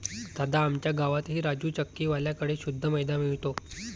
दादा, आमच्या गावातही राजू चक्की वाल्या कड़े शुद्ध मैदा मिळतो